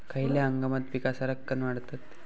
खयल्या हंगामात पीका सरक्कान वाढतत?